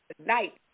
tonight